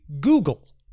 Google